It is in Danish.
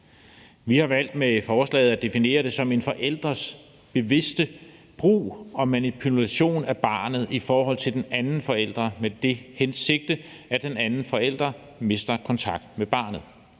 Vi har med forslaget valgt at definere det som en forælders bevidste brug og manipulation af barnet i forhold til den anden forælder med det sigte, at den anden forælder mister kontakt med barnet.